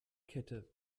kette